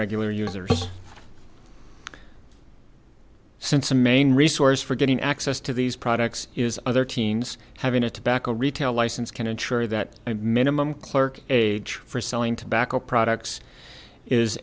regular users since the main resource for getting access to these products is other teens having a tobacco retail license can ensure that a minimum clerk age for selling tobacco products is